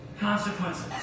Consequences